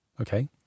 okay